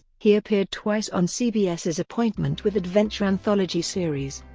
he appeared twice on cbs's appointment with adventure anthology series.